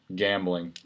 gambling